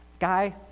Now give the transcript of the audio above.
Guy